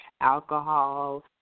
Alcohol